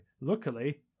Luckily